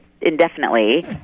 indefinitely